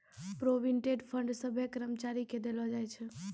provident fund सभ्भे कर्मचारी के देलो जाय छै